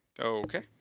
Okay